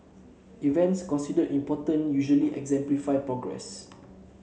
events considered important usually exemplify progress